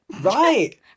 Right